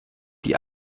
die